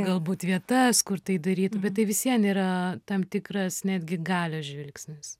galbūt vietas kur tai daryt bet tai visiems yra tam tikras netgi galios žvilgsnis